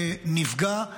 נפגע,